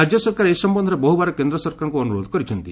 ରାଜ୍ୟ ସରକାର ଏ ସମ୍ମକ୍ଷରେ ବହୁବାର କେନ୍ଦ୍ର ସରକାରଙ୍କୁ ଅନୁରୋଧ କରିଛନ୍ତି